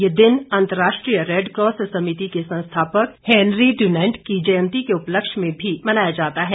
यह दिन अन्तर्राष्ट्रीय रेडक्रॉस समिति के संस्थापक हेनरी डुनान्ट की जयंती के उपलक्ष्य में भी मनाया जाता है